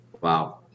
Wow